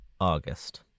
August